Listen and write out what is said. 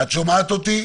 אולי היא לא שומעת אותי.